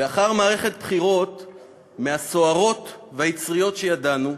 לאחר מערכת בחירות מהסוערות והיצריות שידענו,